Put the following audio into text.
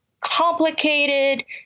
complicated